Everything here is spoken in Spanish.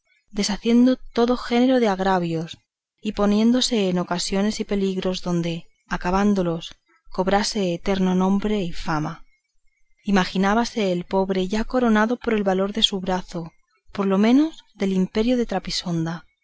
deshaciendo todo género de agravio y poniéndose en ocasiones y peligros donde acabándolos cobrase eterno nombre y fama imaginábase el pobre ya coronado por el valor de su brazo por lo menos del imperio de trapisonda